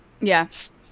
Yes